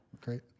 Great